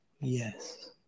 Yes